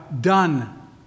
done